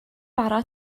bara